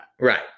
Right